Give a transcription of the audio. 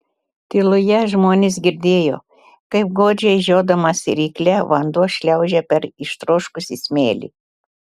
tyloje žmonės girdėjo kaip godžiai žiodamas ryklę vanduo šliaužia per ištroškusį smėlį